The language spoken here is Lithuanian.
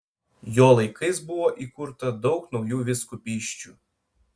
jo laikais buvo įkurta daug naujų vyskupysčių